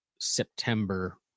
September